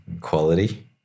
quality